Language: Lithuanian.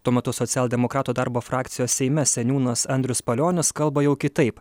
tuo metu socialdemokratų darbo frakcijos seime seniūnas andrius palionis kalba jau kitaip